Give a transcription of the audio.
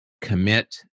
Commit